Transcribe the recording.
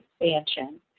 expansion